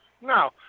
No